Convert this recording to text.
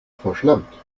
verschlampt